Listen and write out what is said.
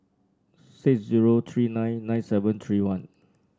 six zero three nine nine seven three one